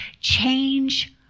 change